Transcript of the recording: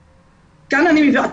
כאן אני מביאה